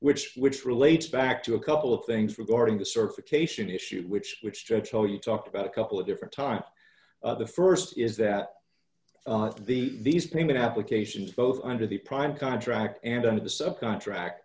which which relates back to a couple of things regarding the certification issue which which giotto you talked about a couple of different times the st is that the these payment applications both under the prime contract and under the subcontract